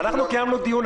אנחנו קיימנו דיון.